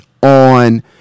on